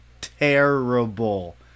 terrible